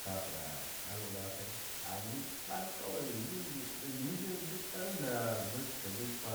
Kafe ɗanwuɗahe ah ngig ɗal kalwai ziɗbi ngig dik ɗalda datifa du tifa